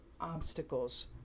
obstacles